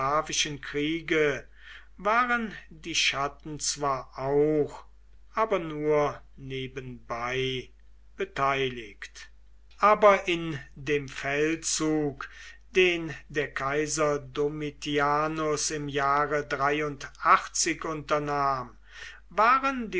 kriege waren die chatten zwar auch aber nur nebenbei beteiligt aber in dem feldzug den der kaiser domitianus im jahre unternahm waren